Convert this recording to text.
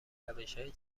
روشهای